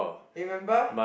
you remember